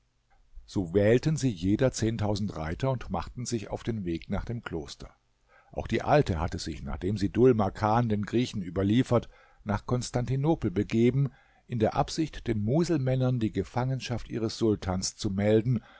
so wählten sie jeder zehntausend reiter und machten sich auf den weg nach dem kloster auch die alte hatte sich nachdem sie dhul makan den griechen überliefert nach konstantinopel begeben in der absicht den muselmännern die gefangenschaft ihres sultans zu melden